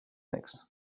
mix